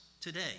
today